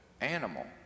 animal